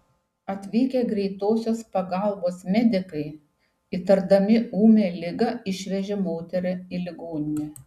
atvykę greitosios pagalbos medikai įtardami ūmią ligą išvežė moterį į ligoninę